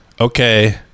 Okay